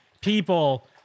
people